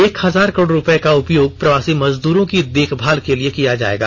एक हजार करोड़ रुपये का उपयोग प्रवासी मजदूरों की देखभाल के लिए किया जाएगा